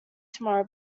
tomorrow